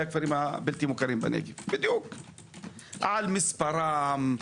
הכפרים הבלתי מוכרים בנגב על מספרם,